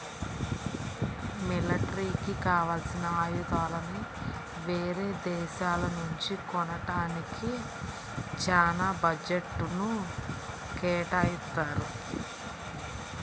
మిలిటరీకి కావాల్సిన ఆయుధాలని యేరే దేశాల నుంచి కొంటానికే చానా బడ్జెట్ను కేటాయిత్తారు